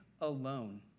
alone